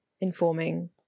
informing